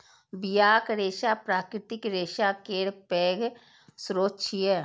बियाक रेशा प्राकृतिक रेशा केर पैघ स्रोत छियै